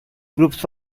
groups